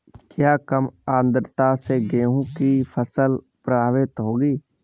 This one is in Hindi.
क्या कम आर्द्रता से गेहूँ की फसल प्रभावित होगी?